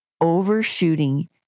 overshooting